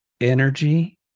Energy